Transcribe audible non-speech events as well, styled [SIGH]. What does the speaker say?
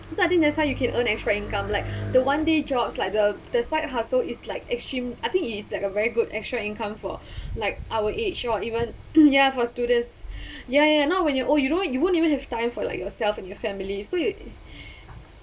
so I think that's why you can earn extra income like the one day jobs like the the side hustle is like extreme I think it is a very good extra income for like our age or even [COUGHS] ya for students ya ya not when you're or you know you wouldn't even have time for like yourself and your family so you